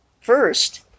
first